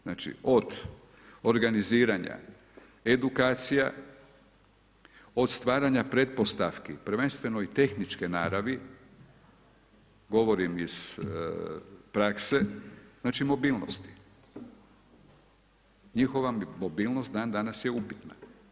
Znači od organiziranja edukacija, od stvaranja pretpostavki, prvenstveno i tehničke naravi, govorim iz prakse, znači mobilnosti, njihova mobilnost dan danas je upitna.